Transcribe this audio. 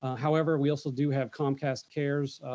however, we also do have comcast cares,